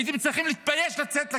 הייתם צריכים להתבייש לצאת לכביש.